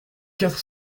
quatre